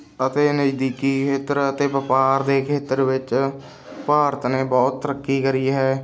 ਅਤੇ ਨਜ਼ਦੀਕੀ ਖੇਤਰ ਅਤੇ ਵਪਾਰ ਦੇ ਖੇਤਰ ਵਿੱਚ ਭਾਰਤ ਨੇ ਬਹੁਤ ਤਰੱਕੀ ਕਰੀ ਹੈ